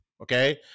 okay